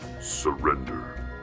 Surrender